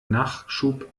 nachschub